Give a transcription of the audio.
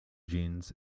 jeans